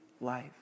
life